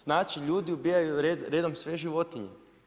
Znači ljudi ubijaju redom sve životinje.